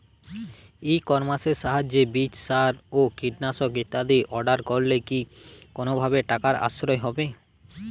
ই কমার্সের সাহায্যে বীজ সার ও কীটনাশক ইত্যাদি অর্ডার করলে কি কোনোভাবে টাকার সাশ্রয় হবে?